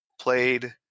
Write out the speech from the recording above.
played